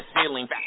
ceiling